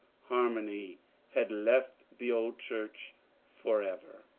harmony had left the old church forever.